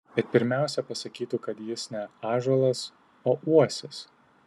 bet pirmiausia pasakytų kad jis ne ąžuolas o uosis